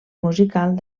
musical